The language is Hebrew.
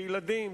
בילדים,